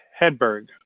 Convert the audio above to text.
hedberg